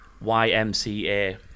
Y-M-C-A